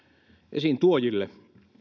esiin tuojille